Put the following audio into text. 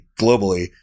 globally